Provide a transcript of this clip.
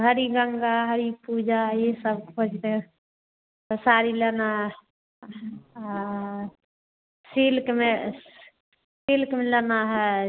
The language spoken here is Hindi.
हरिगंगा हरिपूजा ई सब खोज दे और साड़ी लेनी है सिल्क में सिल्क में लेनी है